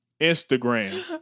Instagram